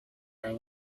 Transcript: are